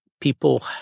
people